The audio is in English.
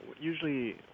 Usually